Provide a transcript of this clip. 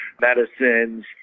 medicines